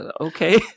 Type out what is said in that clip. okay